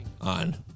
on